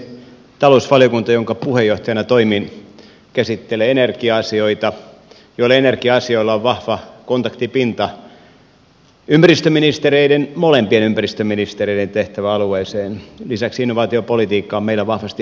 talousvaliokunta jonka puheenjohtajana toimin käsittelee energia asioita joilla energia asioilla on vahva kontaktipinta molempien ympäristöministereiden tehtäväalueeseen lisäksi innovaatiopolitiikka on meillä vahvasti esillä